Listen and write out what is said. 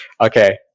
okay